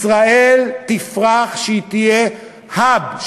ישראל תפרח כשהיא תהיה hub,